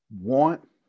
want